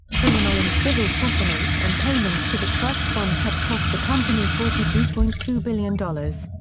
criminal and civil settlements and payments to the trust fund had cost the company forty two point two billion dollars.